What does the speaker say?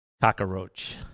Cockroach